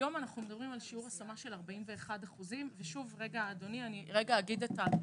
היום אנחנו מדברים על שיעור השמה של 41%. אני רגע אגיד את ההגדרות.